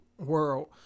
world